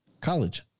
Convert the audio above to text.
college